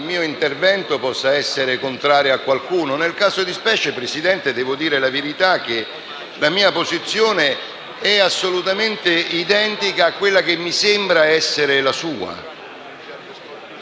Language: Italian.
il mio intervento possa essere contrario a qualcuno. Nel caso di specie, Presidente, devo dire la verità, la mia posizione è assolutamente identica a quella che mi sembra essere la sua.